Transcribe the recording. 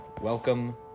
Welcome